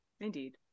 indeed